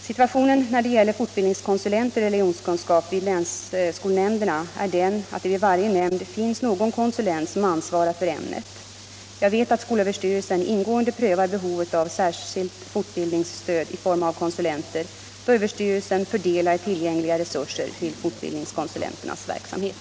Situationen när det gäller fortbildningskonsulenter i religionskunskap vid länsskolnämnderna är den, att det vid varje nämnd finns någon konsulent som ansvarar för ämnet. Jag vet att skolöverstyrelsen ingående prövar behovet av särskilt fortbildningsstöd i form av konsulenter då överstyrelsen fördelar tillgängliga resurser till fortbildningskonsulenternas verksamhet.